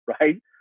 right